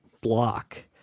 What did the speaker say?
block